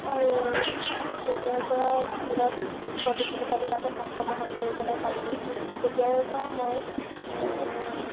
আৰু যেতিয়াৰে পৰা স্কুলত প্ৰতিযোগিতাবিলাকত অংশগ্ৰহণ কৰিবলৈ পাৰিলোঁ তেতিয়াৰে পৰা মই